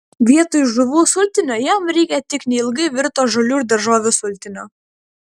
vietoj žuvų sultinio jam reikia tik neilgai virto žolių ir daržovių sultinio